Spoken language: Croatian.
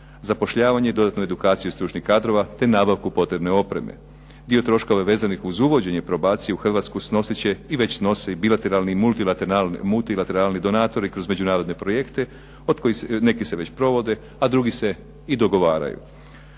Zapošljavanje i dodatnu edukaciju stručnih kadrova te nabavku potrebne opreme. Dio troškova vezanih uz uvođenje probacije u Hrvatsku snosit će bilateralni i multilateralni donatori kroz međunarodne projekte, od kojih neki se već provode a drugi se dogovaraju.